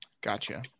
Gotcha